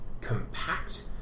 compact